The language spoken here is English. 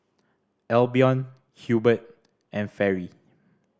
Albion Hubert and Fairy